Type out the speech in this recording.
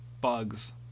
Bugs